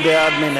מי בעד?